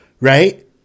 right